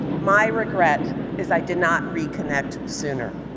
my regret is i did not reconnect sooner.